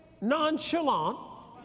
nonchalant